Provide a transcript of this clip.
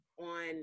on